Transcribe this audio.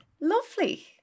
Lovely